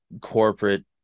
corporate